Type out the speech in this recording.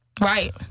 Right